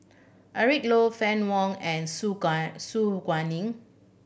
Eric Low Fann Wong and Su Gai Su Guaning